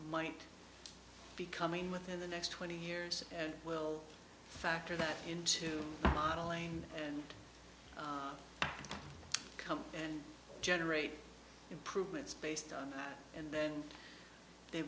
might be coming within the next twenty years and we'll factor that into modeling and come and generate improvements based on and then they